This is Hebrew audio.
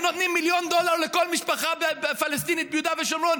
נותנים מיליון דולר לכל משפחה פלסטינית ביהודה ושומרון,